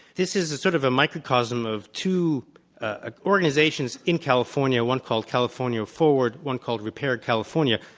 this is sort of a microcosm of two ah organizations in california, one called california forward, one called repair california.